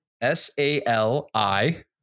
S-A-L-I